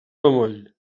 bemoll